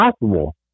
possible